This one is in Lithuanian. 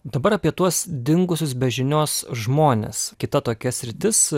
dabar apie tuos dingusius be žinios žmones kita tokia sritis